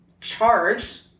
charged